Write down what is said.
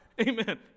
Amen